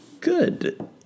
good